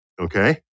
Okay